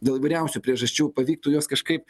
dėl įvairiausių priežasčių pavyktų juos kažkaip